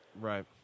right